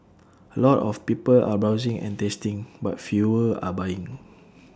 A lot of people are browsing and tasting but fewer are buying